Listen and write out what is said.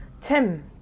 Tim